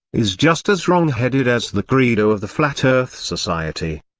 is just as wrongheaded as the credo of the flat earth society.